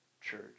church